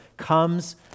comes